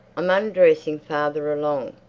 i'm undressing farther along.